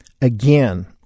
again